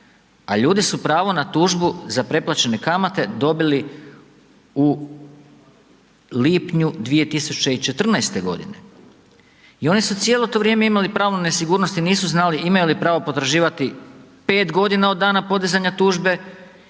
a ljudi su pravo na tužbu za preplaćene kamate dobili u lipnju 2014. g. i oni su cijelo to vrijeme imali pravo nesigurnosti, nisu znali imaju li pravo potraživati, 5 g. od dana podizanja tužbe